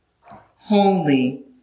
Holy